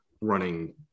running